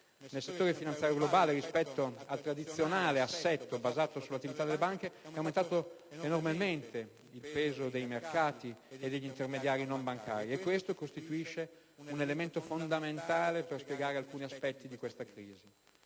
Nel settore finanziario globale, rispetto al tradizionale assetto basato sull'attività delle banche, è aumentato enormemente il peso dei mercati e degli intermediari non bancari e questo costituisce un elemento fondamentale per spiegare alcuni aspetti della crisi.